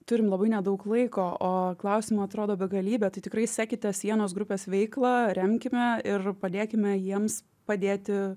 turim labai nedaug laiko o klausimų atrodo begalybė tai tikrai sekite sienos grupės veiklą remkime ir padėkime jiems padėti